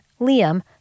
Liam